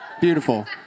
Beautiful